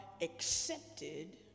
accepted